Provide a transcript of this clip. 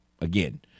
again –